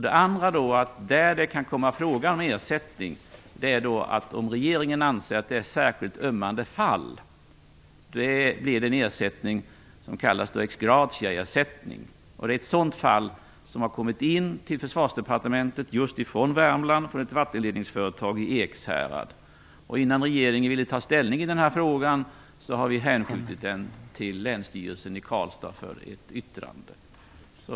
De frågor om ersättning som kan komma upp handlar om fall som regeringen anser vara särskilt ömmande. Då blir det en ersättning som kallas för ex gratia-ersättning. Det är ett sådant fall som har kommit in till Försvarsdepartementet just från Värmland. Det är fråga om ett vattenledningsföretag i Ekshärad. Innan regeringen tar ställning i denna fråga har vi hänskjutit den till länsstyrelsen i Karlstad för ett yttrande.